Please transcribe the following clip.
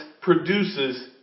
produces